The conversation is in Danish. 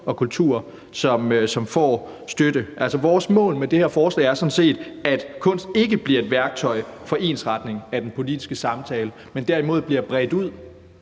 og kultur, som får støtte. Vores mål med det her forslag er sådan set, at kunst ikke bliver et værktøj for ensretning af den politiske samtale, men derimod bliver bredt ud.